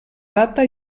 data